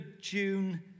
June